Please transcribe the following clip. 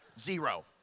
Zero